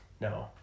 No